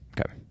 Okay